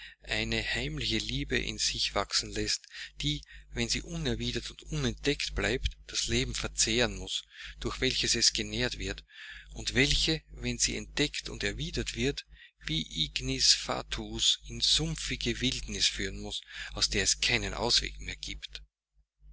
eine heimliche liebe in sich wachsen läßt die wenn sie unerwiedert und unentdeckt bleibt das leben verzehren muß durch welches es genährt wird und welche wenn sie entdeckt und erwidert wird wie ignis fatuus in sumpfige wildnis führen muß aus der es keinen ausweg mehr giebt